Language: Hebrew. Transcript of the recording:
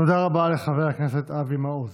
תודה רבה לחבר הכנסת אבי מעוז.